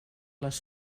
les